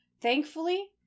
Thankfully